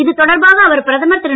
இது தொடர்பாக அவர் பிரதமர் திரு